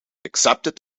accepted